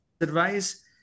advice